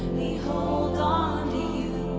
me hold on to you